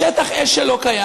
ושטח אש שלא קיים.